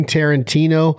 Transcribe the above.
Tarantino